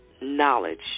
knowledge